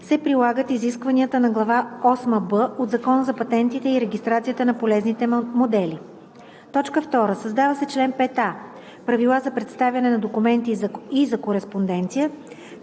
се прилагат изискванията на глава осма „б“ от Закона за патентите и регистрацията на полезните модели.“ 2. Създава се чл. 5а: „Правила за представяне на документи и за кореспонденция